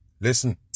listen